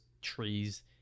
trees